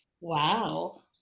Wow